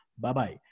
Bye-bye